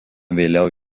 vėliau